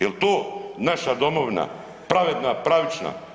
Jel to naša domovina, pravedna, pravična?